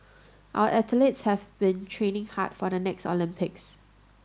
our athletes have been training hard for the next Olympics